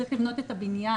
צריך לבנות את הבניין.